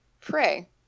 pray